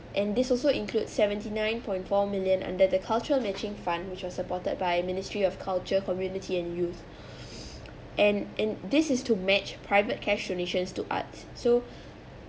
and this also include seventy nine point four million under the cultural matching fund which was supported by ministry of culture community and youth and and this is to match private cash donations to arts so